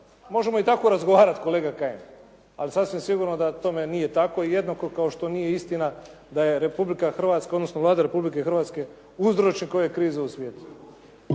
Možemo i tako razgovarati kolega Kajin, ali sasvim sigurno da tome nije tako i jednako kao što nije istina da je Republika Hrvatska, odnosno Vlada Republike Hrvatske uzročnik ove krize u svijetu.